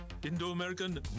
Indo-American